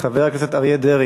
חבר הכנסת אריה דרעי.